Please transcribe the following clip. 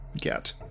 get